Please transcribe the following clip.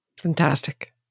Fantastic